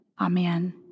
Amen